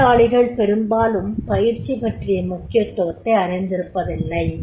தொழிலாளிகள் பெரும்பாலும் பயிற்சி பற்றிய முக்கியத்துவத்தை அறிந்திருப்பதில்லை